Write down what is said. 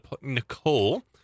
Nicole